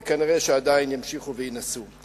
ונראה שעדיין ימשיכו וינסו.